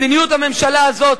מדיניות הממשלה הזאת,